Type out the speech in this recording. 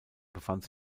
befand